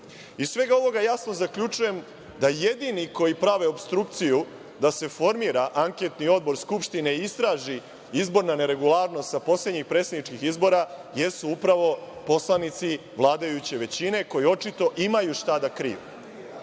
svega ovoga jasno zaključujem da jedini koji prave opstrukciju da se formira anketni odbor Skupštine i istraži izborna neregularnost poslednjih predsedničkih izbora jesu upravo poslanici vladajuće većine koji očito imaju šta da kriju. Jer,